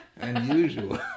unusual